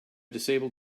disabled